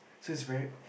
so is very